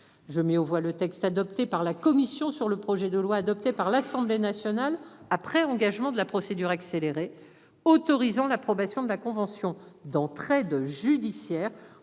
Je mets aux voix. Le texte adopté par la commission sur le projet de loi adopté par l'Assemblée nationale. Après engagement de la procédure accélérée autorisant la promesse. De la convention d'entraide judiciaire